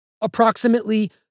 Approximately